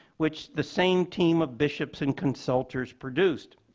which the same team of bishops and consultors produced.